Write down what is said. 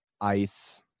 Ice